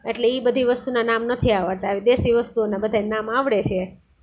એટલે એ બધી વસ્તુના નામ નથી આવડતા આવી દેશી વસ્તુઓના બધાયના નામ આવડે છે